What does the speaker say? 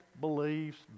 beliefs